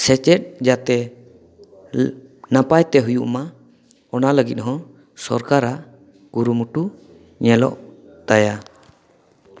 ᱥᱮᱪᱮᱫ ᱡᱟᱛᱮ ᱱᱟᱯᱟᱭ ᱛᱮ ᱦᱩᱭᱩᱜ ᱢᱟ ᱚᱱᱟ ᱞᱟᱹᱜᱤᱫ ᱦᱚᱸ ᱥᱚᱨᱠᱟᱨᱟᱜ ᱠᱩᱨᱩᱢᱩᱴᱩ ᱧᱮᱞᱚᱜ ᱛᱟᱭᱟ